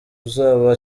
uzaba